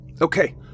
Okay